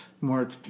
more